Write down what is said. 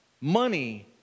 money